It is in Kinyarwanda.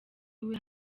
iwe